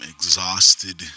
Exhausted